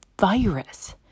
virus